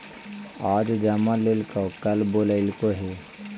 आज जमा लेलको कल बोलैलको हे?